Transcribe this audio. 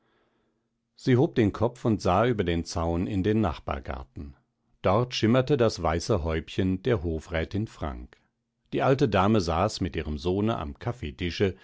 sie hob den kopf und sah über den zaun in den nachbargarten dort schimmerte das weiße häubchen der hofrätin frank die alte dame saß mit ihrem sohne am kaffeetische